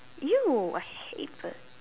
!eww! I hate birds